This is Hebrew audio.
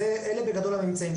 אלה בגדול הממצאים.